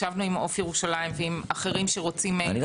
ישבנו עם "עוף ירושלים" ועם אחרים --- אני לא